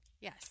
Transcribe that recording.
Yes